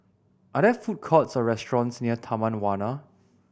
are there food courts or restaurants near Taman Warna